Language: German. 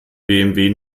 bmw